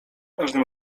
każdym